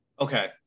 okay